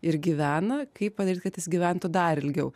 ir gyvena kaip padaryt kad jis gyventų dar ilgiau